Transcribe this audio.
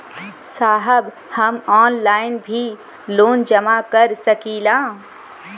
साहब हम ऑनलाइन भी लोन जमा कर सकीला?